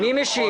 מי משיב?